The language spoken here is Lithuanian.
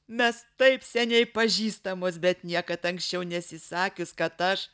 mes taip seniai pažįstamos bet niekad anksčiau nesi sakius kad aš